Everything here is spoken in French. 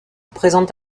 présente